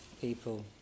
people